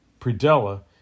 predella